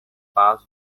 past